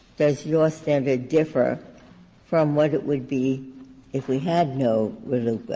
does your standard differ from what it would be if we had no